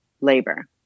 labor